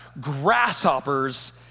grasshoppers